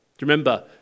remember